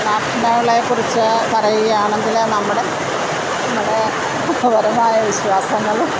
പ്രാർത്ഥനകളെ കുറിച്ച് പറയുകയാണെങ്കിൽ നമ്മടെ നമ്മുടെ ബലമായ വിശ്വാസങ്ങളും